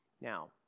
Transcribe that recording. Now